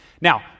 Now